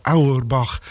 Auerbach